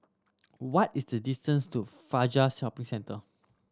what is the distance to Fajar Shopping Centre